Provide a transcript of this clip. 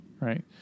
right